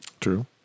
true